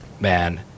man